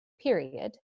period